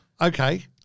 okay